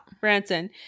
branson